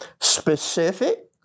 specific